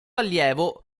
allievo